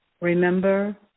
Remember